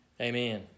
Amen